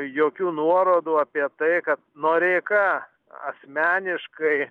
jokių nuorodų apie tai kad noreika asmeniškai